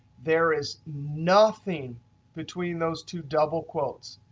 there is nothing between those two double quotes.